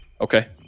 okay